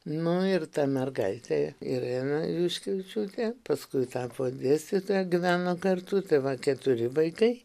nu ir ta mergaitė irena juškevičiūtė paskui tapo dėstytoja gyveno kartu tai va keturi vaikai